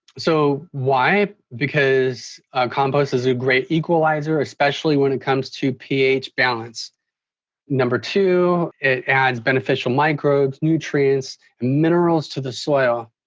so why? because compost is a great equalizer, especially when it comes to ph balance number two it adds beneficial microbes nutrients and minerals to the soil.